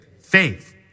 faith